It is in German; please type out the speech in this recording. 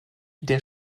der